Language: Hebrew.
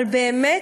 אבל באמת,